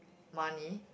money